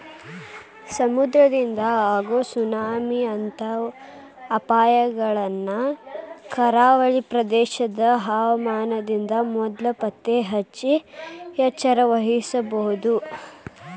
ಸಮುದ್ರದಿಂದ ಆಗೋ ಸುನಾಮಿ ಅಂತ ಅಪಾಯಗಳನ್ನ ಕರಾವಳಿ ಪ್ರದೇಶದ ಹವಾಮಾನದಿಂದ ಮೊದ್ಲ ಪತ್ತೆಹಚ್ಚಿ ಎಚ್ಚರವಹಿಸಬೊದು